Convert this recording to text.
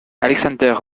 aleksandr